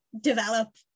develop